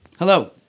Hello